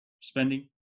spending